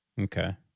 Okay